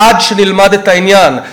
עד שנלמד את העניין.